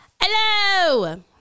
Hello